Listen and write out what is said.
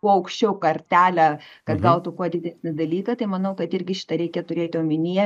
kuo aukščiau kartelę kad gautų kuo didesnį dalyką tai manau kad irgi šitą reikia turėti omenyje